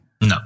No